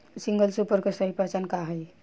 Single super के सही पहचान का हई?